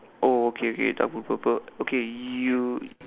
oh okay okay double purple okay you